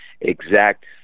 exact